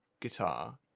guitar